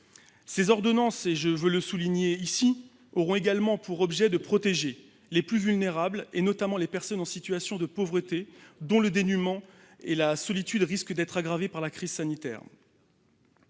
Ces ordonnances, je tiens à le souligner, auront également pour objet de protéger les plus vulnérables, en particulier les personnes en situation de pauvreté, dont le dénuement et la solitude risquent d'être aggravés par la crise sanitaire.